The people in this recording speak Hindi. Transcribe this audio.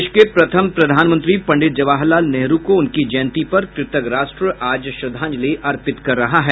देश के प्रथम प्रधानमंत्री पंडित जवाहर लाल नेहरू को उनकी जयंती पर कृतज्ञ राष्ट्र आज श्रद्धांजलि अर्पित कर रहा है